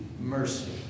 mercy